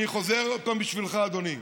אני חוזר עוד פעם בשבילך, אדוני.